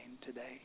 today